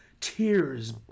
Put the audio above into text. tears